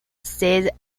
seize